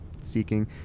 seeking